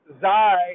Zai